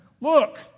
look